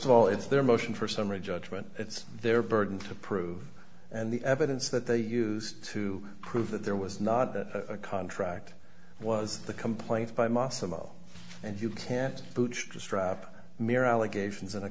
of all it's their motion for summary judgment it's their burden to prove and the evidence that they used to prove that there was not a contract was the complaint by muscle and you can't bootstrap mere allegations in a